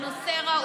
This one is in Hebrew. על נושא ראוי,